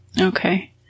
Okay